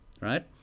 right